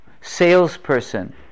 salesperson